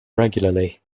regularly